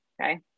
Okay